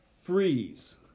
freeze